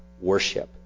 worship